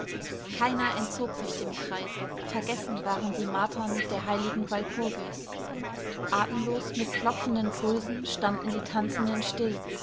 keiner entzog sich dem kreise vergessen waren die martern der heiligen walpurgis atemlos mit klopfenden pulsen standen die tanzenden still